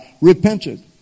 repented